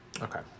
Okay